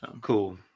Cool